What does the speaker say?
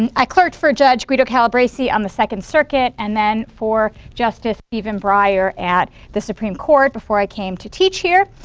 and i clerked for judge guido calabresi on the second circuit and then for justice steven breyer at the supreme court before i came to teach here.